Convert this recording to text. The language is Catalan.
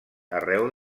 arreu